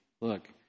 look